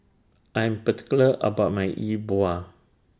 I'm particular about My E Bua